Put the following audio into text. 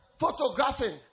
Photographing